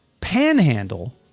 panhandle